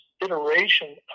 iteration